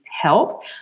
help